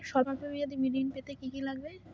সল্প মেয়াদী ঋণ পেতে কি কি লাগবে?